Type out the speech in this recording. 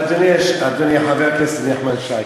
אדוני חבר הכנסת הנכבד שי,